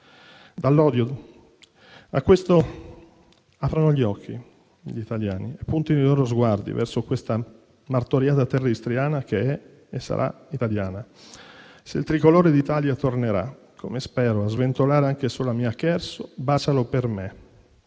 iniquamente. Aprano gli occhi gli italiani, puntino i loro sguardi verso questa martoriata terra istriana che è e sarà italiana. Se il Tricolore d'Italia tornerà, come spero, a sventolare anche sulla mia Cherso, bacialo per me,